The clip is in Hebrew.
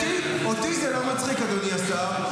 אותי זה לא מצחיק, אדוני השר.